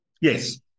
yes